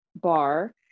bar